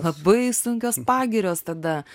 labai sunkios pagirios tada